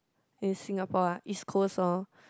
in Singapore ah East-Coast lor